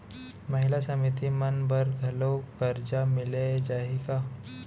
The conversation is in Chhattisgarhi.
महिला समिति मन बर घलो करजा मिले जाही का?